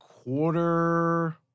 Quarter